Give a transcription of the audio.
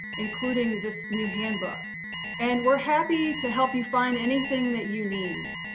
including this new handbook and we're happy to help you find anything that you need.